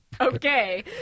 Okay